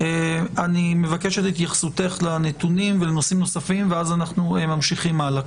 אני אבקש את התייחסותך לנתונים ולנושאים נוספים ואז אנחנו ממשיכים הלאה,